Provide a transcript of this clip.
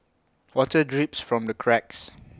water drips from the cracks